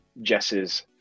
Jess's